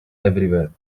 everywhere